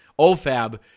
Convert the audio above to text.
OFAB